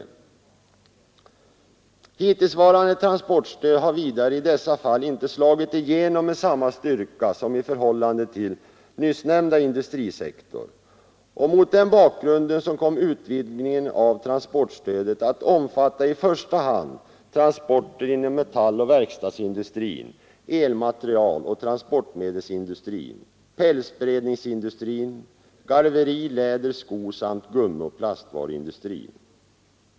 Hittillsvarande transportstöd hade vidare i dessa fall inte slagit igenom med samma styrka som i förhållande till nyssnämnda industrisektor. Mot den bakgrunden kom utvidgningen av transportstödet att omfatta i första hand transporter inom metalloch verkstadsindustrin, elmaterieloch transportmedelsindustrin, pälsberedningsindustrin, garveri-, läder-, skosamt gummioch plastvaruindustri.